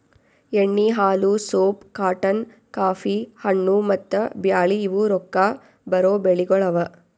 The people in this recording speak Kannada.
ಎಣ್ಣಿ, ಹಾಲು, ಸೋಪ್, ಕಾಟನ್, ಕಾಫಿ, ಹಣ್ಣು, ಮತ್ತ ಬ್ಯಾಳಿ ಇವು ರೊಕ್ಕಾ ಬರೋ ಬೆಳಿಗೊಳ್ ಅವಾ